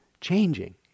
changing